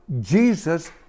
Jesus